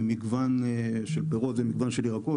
מגוון של פירות ומגוון של ירקות.